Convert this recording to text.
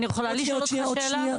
אני יכולה לשאול אותך עוד שאלה?